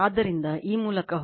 ಆದ್ದರಿಂದ ಈ ಮೂಲಕ ಹೋಗಿ